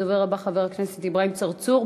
הדובר הבא, חבר הכנסת אברהים צרצור.